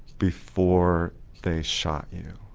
before they shot you?